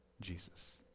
Jesus